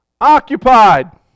occupied